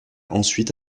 ensuite